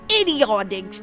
idiotic